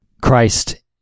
Christ